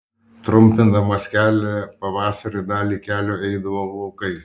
trumpindamas kelią pavasarį dalį kelio eidavau laukais